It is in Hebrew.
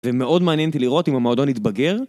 ומאוד מעניין אותי לראות אם המועדון יתבגר